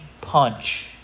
punch